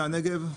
מהנגב,